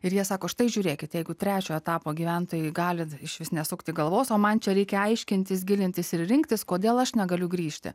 ir jie sako štai žiūrėkit jeigu trečio etapo gyventojai gali išvis nesukti galvos o man čia reikia aiškintis gilintis ir rinktis kodėl aš negaliu grįžti